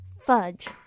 Fudge